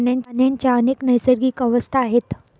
पाण्याच्या अनेक नैसर्गिक अवस्था आहेत